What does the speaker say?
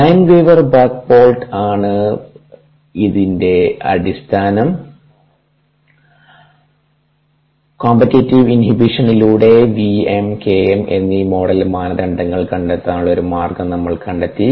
Lineweaver Burk plot ആണ് അതിൻറെ അടിസ്ഥാനം കോംപിറ്റിറ്റിവ് ഇൻഹിബിഷനിലൂടെ v m k m എന്നീ മോഡൽ മാനദണ്ഡങ്ങൾ കണ്ടെത്താനുള്ള ഒരു മാർഗം നമ്മൾ കണ്ടെത്തി